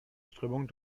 strömung